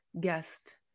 guest